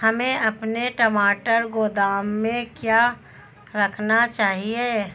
हमें अपने टमाटर गोदाम में क्यों रखने चाहिए?